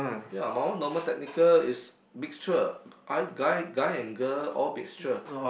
ya my one Normal Technical is mixture I guy guy and girl all mixture